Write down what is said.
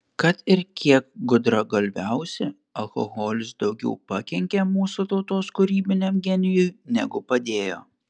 kad ir kiek gudragalviausi alkoholis daugiau pakenkė mūsų tautos kūrybiniam genijui negu padėjo